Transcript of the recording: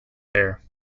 there